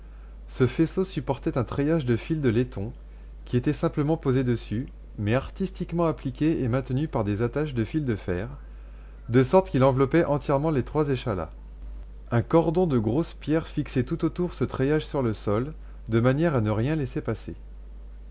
ce faisceau supportait un treillage de fil de laiton qui était simplement posé dessus mais artistement appliqué et maintenu par des attaches de fil de fer de sorte qu'il enveloppait entièrement les trois échalas un cordon de grosses pierres fixait tout autour ce treillage sur le sol de manière à ne rien laisser passer